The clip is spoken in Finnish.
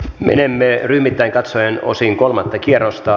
menemme ryhmittäin katsoen osin kolmatta kierrosta